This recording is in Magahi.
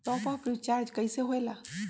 टाँप अप रिचार्ज कइसे होएला?